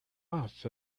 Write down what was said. off